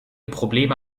probleme